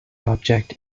object